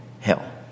Hell